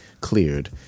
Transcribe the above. cleared